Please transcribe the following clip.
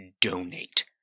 donate